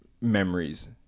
memories